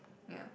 yeah